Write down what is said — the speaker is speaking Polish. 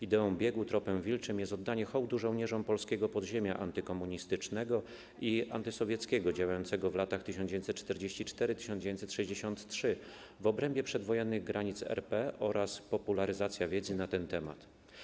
Ideą biegu Tropem Wilczym jest oddanie hołdu żołnierzom polskiego podziemia antykomunistycznego i antysowieckiego działającego w latach 1944-1963 w obrębie przedwojennych granic RP oraz popularyzacja wiedzy na ten temat.